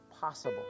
possible